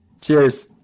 Cheers